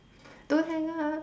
don't hang up